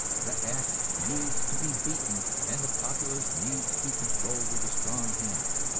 the ass needs to be beaten, and the populace needs to be controlled with a strong hand.